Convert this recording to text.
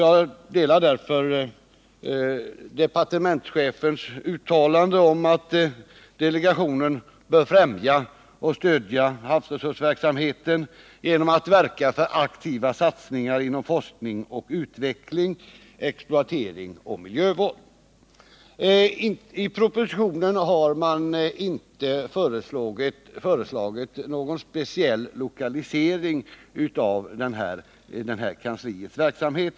Jag instämmer därför i departementschefens uttalande att delegationen bör främja och stödja havsresursverksamheten genom att verka för aktiva satsningar inom forskning och utveckling, exploatering och miljövård. I propositionen har man inte föreslagit någon speciell lokalisering av delegationens och kansliets verksamhet.